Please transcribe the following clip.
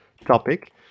topic